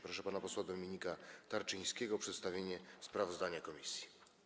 Proszę pana posła Dominika Tarczyńskiego o przedstawienie sprawozdania komisji.